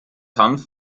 hanf